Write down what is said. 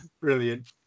Brilliant